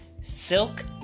silk